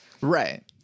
Right